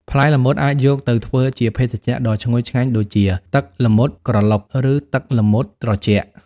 ផ្លែល្មុតអាចយកទៅធ្វើជាភេសជ្ជៈដ៏ឈ្ងុយឆ្ងាញ់ដូចជា ទឹកល្មុតក្រឡុក ឬ ទឹកល្មុតត្រជាក់។